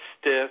stiff